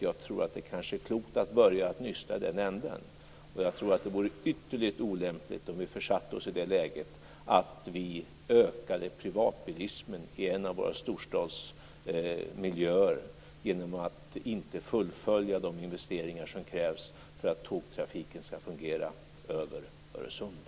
Jag tror att det är klokt att börja nysta i den ändan. Och jag tror att det vore ytterligt olämpligt om vi försatte oss i den situationen att vi ökade privatbilismen i en av våra storstadsmiljöer genom att inte fullfölja de investeringar som krävs för att tågtrafiken skall fungera över Öresund.